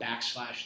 backslash